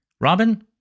Robin